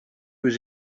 was